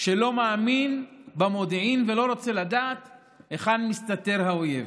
שלא מאמין במודיעין ולא רוצה לדעת היכן מסתתר האויב.